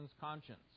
conscience